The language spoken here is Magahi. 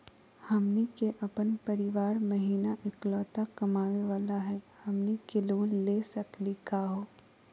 हमनी के अपन परीवार महिना एकलौता कमावे वाला हई, हमनी के लोन ले सकली का हो?